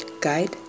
guide